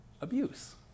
abuse